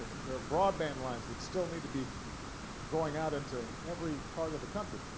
there are broadband lines that still need to be going out into every part of the country.